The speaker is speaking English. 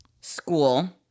school